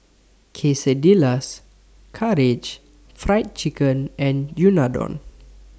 Quesadillas Karaage Fried Chicken and Unadon